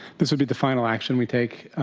this would be the final action we take,